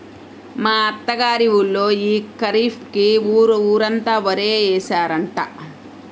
మా అత్త గారి ఊళ్ళో యీ ఖరీఫ్ కి ఊరు ఊరంతా వరే యేశారంట